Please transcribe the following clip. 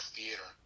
Theater